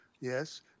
Yes